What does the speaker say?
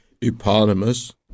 Eponymous